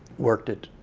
worked it